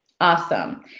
awesome